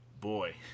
Boy